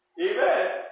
Amen